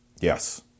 Yes